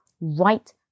right